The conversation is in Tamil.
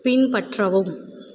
பின்பற்றவும்